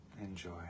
enjoy